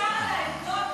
אפשר על העמדות להתווכח,